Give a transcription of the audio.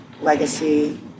legacy